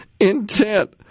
intent